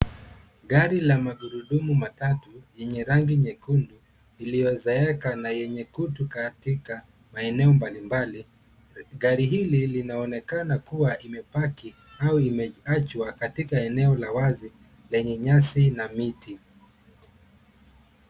Gari la magurudumu matatu yenye rangi nyekundu iliyozeekea na yenye kutu katika maeneo mbalimbali. Gari hili linaonekana kuwa imepaki au imeachwa katika eneo la wazi lenye nyasi na miti.